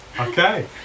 Okay